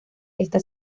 está